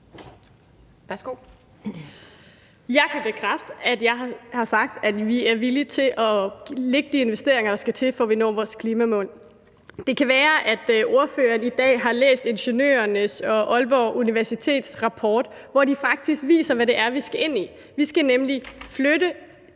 (SF): Jeg kan bekræfte, at jeg har sagt, at vi er villige til at lægge de investeringer, der skal til, for at vi når vores klimamål. Det kan være, at ordføreren i dag har læst INGENIØR'NE og Aalborg Universitets rapport, hvor de faktisk viser, hvad det er, vi skal gøre. Vi skal nemlig flytte